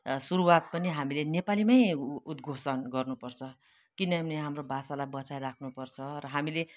सुरुवात पनि हामीले नेपालीमै उद्घोषण गर्नुपर्छ किनभने हाम्रो भाषालाई बचाइराख्नु पर्छ र हामीले